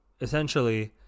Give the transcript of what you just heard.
essentially